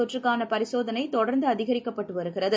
தொற்றுக்கானபரிசோதனைதொடர்ந்துஅதிகரிக்கப்பட்டுவருகிறது